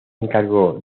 encargó